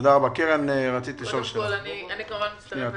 אני מצטרפת